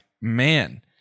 man